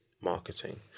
marketing